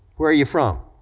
where are you from?